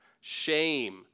shame